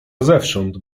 zewsząd